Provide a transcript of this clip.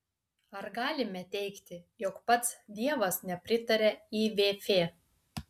ar galime teigti jog pats dievas nepritaria ivf